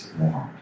more